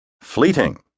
Fleeting